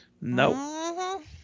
Nope